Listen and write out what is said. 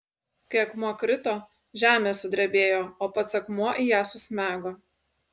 kai akmuo krito žemė sudrebėjo o pats akmuo į ją susmego